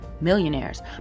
millionaires